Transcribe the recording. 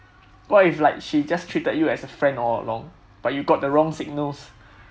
what if like she just treated you as a friend all along but you got the wrong signals